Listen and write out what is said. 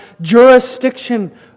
jurisdiction